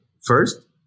first